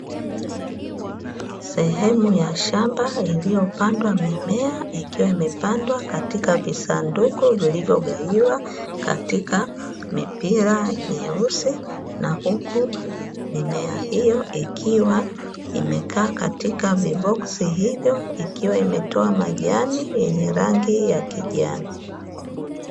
Sehemu ya shamba, iliyopandwa mimea ikiwa imepandwa katika visanduku vilivyogawiwa katika mipira myeusi, na huku mimea hiyo ikiwa imekaa katika viboksi hivyo, ikiwa imetoa majani yenye rangi ya kijani.